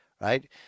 right